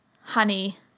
honey